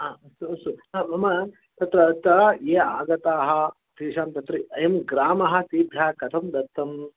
हा अस्तु अस्तु हा मम तत्र तदा ये आगताः तेषां तत्र अयं ग्रामः तेभ्यः कथं दत्तम्